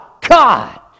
God